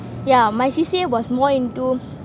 yeah my C_C_A was more into